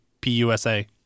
P-U-S-A